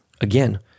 Again